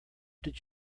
did